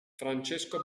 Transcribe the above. francesco